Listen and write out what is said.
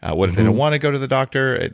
what if they don't want to go to the doctor?